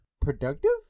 Productive